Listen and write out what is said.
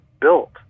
built